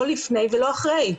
לא לפני ולא אחרי.